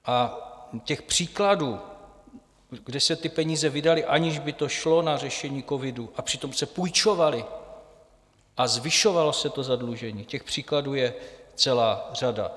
A těch příkladů, kde se ty peníze vydaly, aniž by to šlo na řešení covidu, a přitom se půjčovaly a zvyšovalo se to zadlužení, těch příkladů je celá řada.